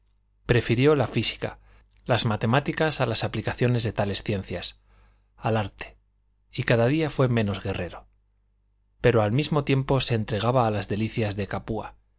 prefirió la física las matemáticas a las aplicaciones de tales ciencias al arte y cada día fue menos guerrero pero al mismo tiempo se entregaba a las delicias de capua